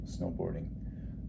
snowboarding